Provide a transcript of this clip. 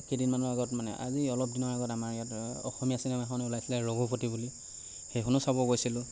কেইদিনমানৰ আগত মানে আজি অলপ দিনৰ আগত আমাৰ ইয়াত অসমীয়া চিনেমা এখন ওলাইছিলে ৰঘুপতি বুলি সেইখনো চাব গৈছিলোঁ